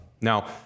Now